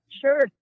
sure